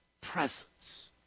presence